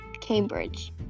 Cambridge